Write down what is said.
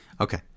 Okay